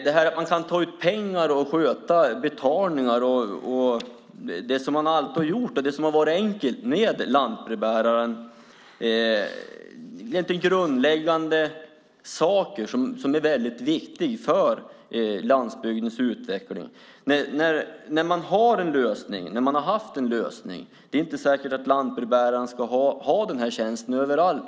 Att man kan ta ut pengar, sköta betalningar och det som man alltid har gjort med lantbrevbäraren är grundläggande saker som är väldigt viktiga för landsbygdens utveckling. Man har haft en lösning. Det är inte säkert att lantbrevbäraren ska ha den här tjänsten överallt.